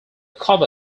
cover